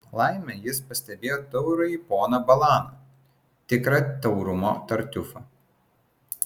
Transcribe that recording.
laimė jis pastebėjo taurųjį poną balaną tikrą taurumo tartiufą